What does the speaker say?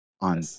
on